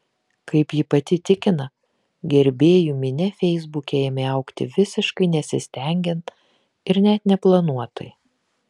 kaip ji pati tikina gerbėjų minia feisbuke ėmė augti visiškai nesistengiant ir net neplanuotai